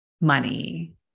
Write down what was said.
money